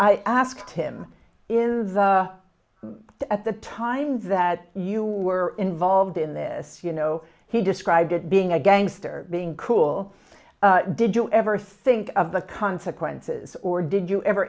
i asked him is at the time that you were involved in this you know he described as being a gangster being cool did you ever think of the consequences or did you ever